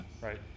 Right